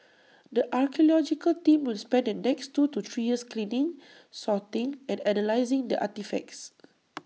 the archaeological team will spend the next two to three years cleaning sorting and analysing the artefacts